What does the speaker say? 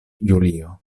julio